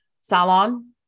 salon